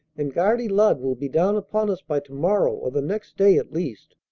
and guardy lud will be down upon us by to-morrow or the next day at least.